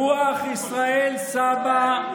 רוח ישראל סבא,